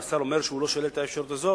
והשר אומר שהוא לא שולל את האפשרות הזאת,